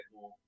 more